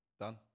Done